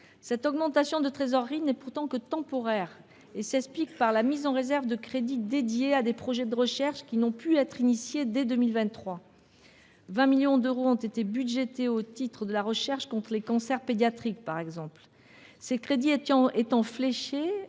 Cette augmentation de trésorerie n’est pourtant que temporaire et s’explique par la mise en réserve de crédits dédiés à des projets de recherche qui n’ont pu être lancés dès 2023. Par exemple, 20 millions d’euros ont été budgétés au titre de la recherche sur les cancers pédiatriques. Ces crédits étant fléchés